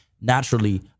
naturally